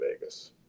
Vegas